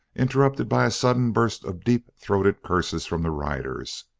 interrupted by a sudden burst of deep-throated curses from the riders.